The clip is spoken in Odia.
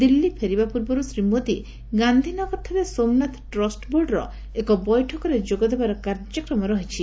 ଦିଲ୍ଲୀ ଫେରିବା ପୂର୍ବରୁ ଶ୍ରୀ ମୋଦି ଗାନ୍ଧୀନଗରଠାରେ ସୋମନାଥ ଟ୍ରଷ୍ଟ ବୋର୍ଡର ଏକ ବୈଠକରେ ଯୋଗଦେବାର କାର୍ଯ୍ୟକ୍ରମ ରହିଛି